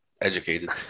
educated